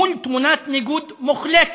מול תמונת ניגוד מוחלטת,